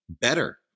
better